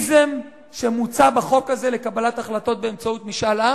במכניזם שמוצע בחוק הזה לקבלת החלטות באמצעות משאל עם?